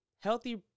Healthy